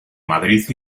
madrid